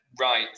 Right